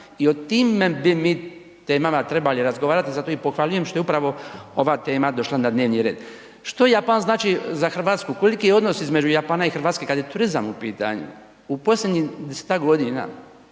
i o time bi mi temama trebali razgovarati, zato i pohvaljujem što je upravo ova tema došla na dnevni red. Što Japan znači za Hrvatsku, koliki je odnos između Japana i Hrvatske kad je turizam u pitanju? U posljednjih 10-tak godina